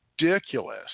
ridiculous